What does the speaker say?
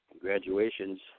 graduations